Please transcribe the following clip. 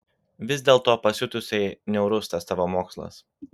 vis dėlto pasiutusiai niaurus tas tavo mokslas